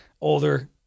Older